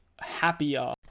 happier